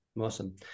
Awesome